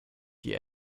die